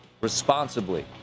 responsibly